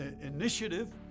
initiative